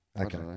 Okay